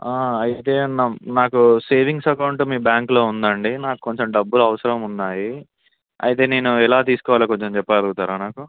అయితే నా నాకు సేవింగ్స్ అకౌంట్ మీ బ్యాంక్లో ఉందండి నాకు కొంచెం డబ్బులు అవసరం ఉన్నాయి అయితే నేను ఎలా తీసుకోవాలో కొంచెం చెప్పగలుగుతారా నాకు